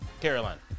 Caroline